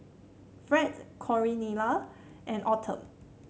Fred Cornelia and Autumn